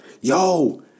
Yo